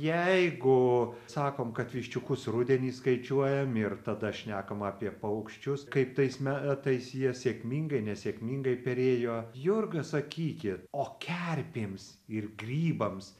jeigu sakom kad viščiukus rudenį skaičiuojam ir tada šnekam apie paukščius kaip tais me etais jie sėkmingai nesėkmingai perėjo jurga sakykit o kerpėms ir grybams